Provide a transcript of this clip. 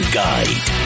guide